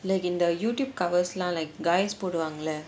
like in the YouTube covers lah like guys put on leh